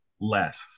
less